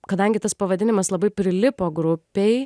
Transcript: kadangi tas pavadinimas labai prilipo grupei